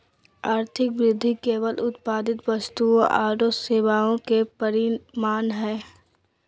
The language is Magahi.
आर्थिक वृद्धि केवल उत्पादित वस्तुओं औरो सेवाओं के परिमाण हइ